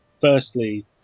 Firstly